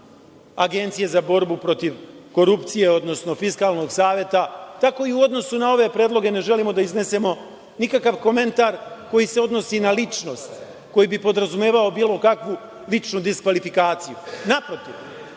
Agencije za borbu protiv korupcije, odnosno Fiskalnog saveta, tako i u odnosu na ove predloge ne želimo da iznesemo nikakav komentar koji se odnosi na ličnost, koji bi podrazumevao bilo kakvu ličnu diskvalifikaciju. Naprotiv,